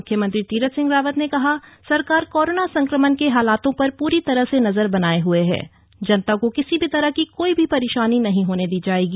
मुख्यमंत्री तीरथ सिंह रावत ने कहा सरकार कोरोना संक्रमण के हालातो पर पूरी तरह से नजर बनाए हुए है जनता को किसी भी तरह की कोई भी परेशानी नहीं होने दी जाएगी